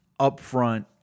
upfront